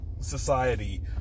society